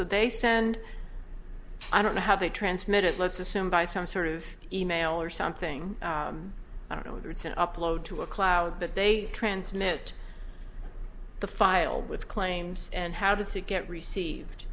so they send i don't know how they transmitted let's assume by some sort is e mail or something i don't know whether it's an upload to a cloud but they transmit the file with claims and how does it get received